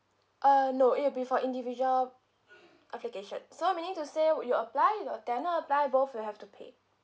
uh no it'll be for individual application so meaning to say when you apply your tenant apply both will have to pay